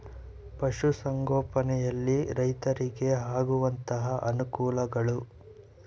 ಪಶುಸಂಗೋಪನೆಯಲ್ಲಿ ರೈತರಿಗೆ ಆಗುವಂತಹ ಅನುಕೂಲಗಳು?